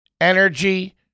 energy